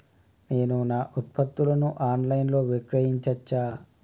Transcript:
నేను నా ఉత్పత్తులను ఆన్ లైన్ లో విక్రయించచ్చా?